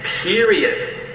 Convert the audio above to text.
Period